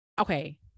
okay